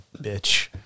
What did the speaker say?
bitch